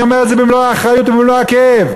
אני אומר את זה במלוא האחריות ובמלוא הכאב.